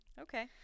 Okay